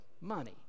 money